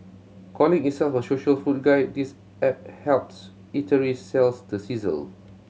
calling itself a social food guide this app helps eateries sell the sizzle